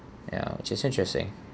ya which is interesting